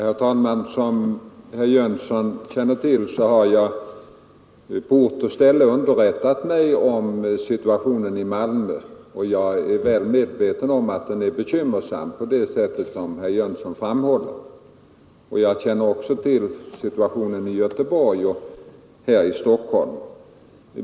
Herr talman! Som herr Jönsson i Malmö känner till har jag på ort och ställe gjort mig underrättad om situationen i Malmö, och jag är väl medveten om att den är bekymmersam på det sätt som herr Jönsson framhåller. Jag känner också till situationen i Göteborg och här i Stockholm.